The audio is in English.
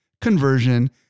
conversion